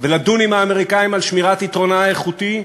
ולדון עם האמריקנים על שמירת יתרונה האיכותי,